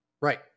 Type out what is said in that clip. Right